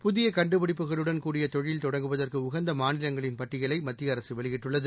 புதிய கண்டுபிடிப்புகளுடன் கூடிய தொழில் தொடங்குவதற்கு உகந்த மாநிலங்களின் பட்டியலை மத்திய அரசு வெளியிட்டுள்ளது